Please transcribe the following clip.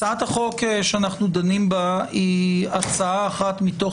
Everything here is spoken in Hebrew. הצעת החוק שאנו דנים בה היא אחת מתוך